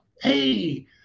Hey